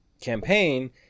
campaign